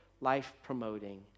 life-promoting